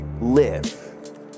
live